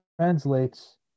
translates